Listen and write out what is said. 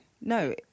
No